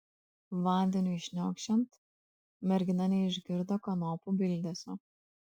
vandeniui šniokščiant mergina neišgirdo kanopų bildesio